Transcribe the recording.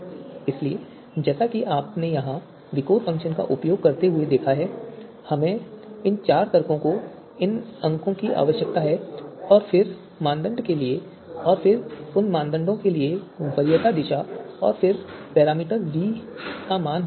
इसलिए जैसा कि आपने यहां इस विकोर फ़ंक्शन का उपयोग करते हुए देखा है हमें इन चार तर्कों को इन अंकों की आवश्यकता है और फिर मानदंड के लिए भार और फिर उन मानदंडों के लिए वरीयता दिशा और फिर पैरामीटर v का मान होना चाहिए